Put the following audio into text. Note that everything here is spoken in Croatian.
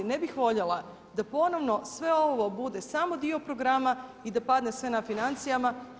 Ne bih voljela da ponovno sve ovo bude samo dio programa i da padne sve na financijama.